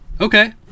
Okay